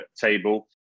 table